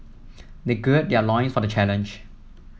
they gird their loins for the challenge